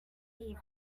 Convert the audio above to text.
evening